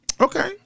Okay